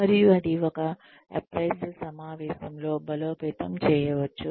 మరియు అది ఒక అప్ప్రైసల్ సమావేశంలో బలోపేతం చేయవచ్చు